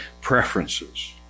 preferences